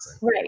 Right